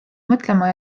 mõtlema